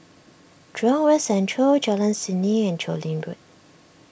Jurong West Central Jalan Seni and Chu Lin Road